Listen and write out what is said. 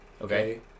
Okay